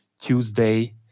Tuesday